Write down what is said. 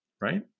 right